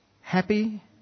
Happy